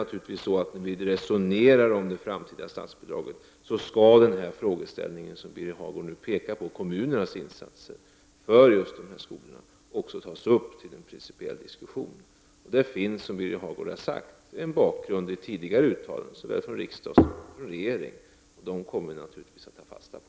När vi resonerar om det framtida statsbidraget skall däremot den frågeställning som Birger Hagård pekade på, nämligen kommunernas insatser för just dessa skolor, också tas upp till en principiell diskussion. Det finns, som Birger Hagård sade, en bakgrund i ett tidigare uttalande, såväl från riksdag som från regering, och det kommer vi naturligtvis att ta fasta på.